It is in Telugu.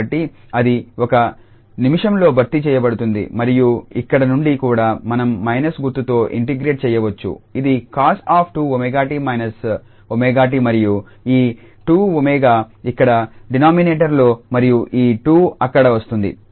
కాబట్టి అది ఒక నిమిషంలో భర్తీ చేయబడుతుంది మరియు ఇక్కడ నుండి కూడా మనం మైనస్ గుర్తుతో ఇంటిగ్రేట్ చేయవచ్చు ఇది cos2𝜔𝜏−𝜔𝑡 మరియు ఈ 2𝜔 ఇక్కడ డినామినేటర్ లో మరియు ఈ 2 అక్కడ వస్తుంది